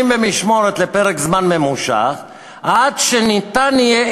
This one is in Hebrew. במשמורת לפרק זמן ממושך עד שניתן יהיה,